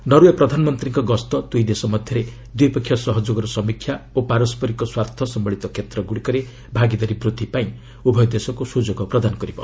Norway ପ୍ରଧାନମନ୍ତ୍ରୀଙ୍କ ଗସ୍ତ ଦୁଇଦେଶ ମଧ୍ୟରେ ଦ୍ୱିପକ୍ଷୀୟ ସହଯୋଗର ସମୀକ୍ଷା ଓ ପାରସ୍କରିକ ସ୍ୱାର୍ଥସମ୍ଘଳିତ କ୍ଷେତ୍ରଗୁଡ଼ିକରେ ଭାଗିଦାରୀ ବୃଦ୍ଧି ପାଇଁ ଉଭୟ ଦେଶକୁ ସୁଯୋଗ ପ୍ରଦାନ କରିବ